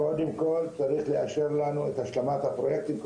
קודם כל צריך לאשר לנו את השלמת הפרויקטים,